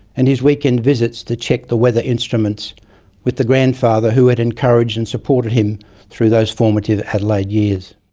and his weekend visits to check the weather instruments with the grandfather who had encouraged and supported him through those formative adelaide years.